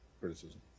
criticism